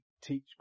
teach